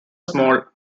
small